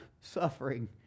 suffering